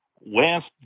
last